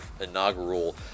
inaugural